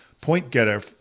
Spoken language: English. point-getter